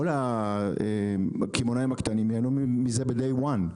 כל הקמעונאים הקטנים ייהנו מזה כבר ביום הראשון.